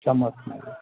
चमत ना